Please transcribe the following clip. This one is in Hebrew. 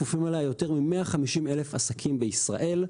כפופים אליה יותר מ-150,000 עסקים בישראל.